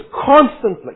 constantly